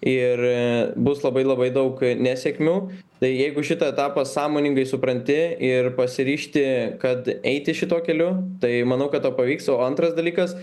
ir bus labai labai daug nesėkmių tai jeigu šitą etapą sąmoningai supranti ir pasiryžti kad eiti šituo keliu tai manau kad tau pavyks o antras dalykas